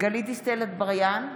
גלית דיסטל אטבריאן,